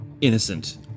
Innocent